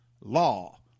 law